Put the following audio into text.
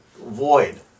void